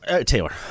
Taylor